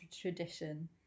tradition